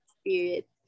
spirit